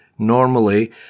Normally